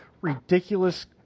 ridiculous